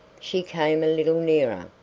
she came a little nearer,